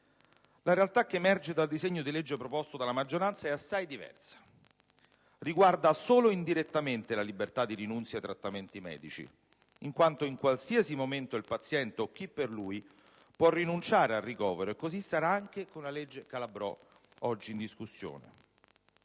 La realtà che emerge dal disegno di legge proposto dalla maggioranza è assai diversa: riguarda solo indirettamente la libertà di rinunzia ai trattamenti medici, in quanto in qualsiasi momento il paziente o chi per lui può rinunciare al ricovero e così sarà anche con la legge Calabrò oggi in discussione.